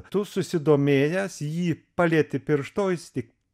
tu susidomėjęs jį palieti pirštu o jis tik